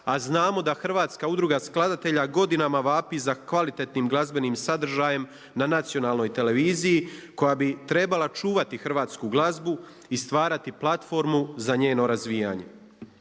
a znamo da Hrvatska udruga skladatelja godinama vapi za kvalitetnim glazbenim sadržajem na nacionalnoj televiziji koja bi trebala čuvati hrvatsku glazbu i stvarati platformu za njeno razvijanje.